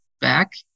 back